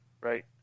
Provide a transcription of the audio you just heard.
Right